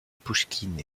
pouchkine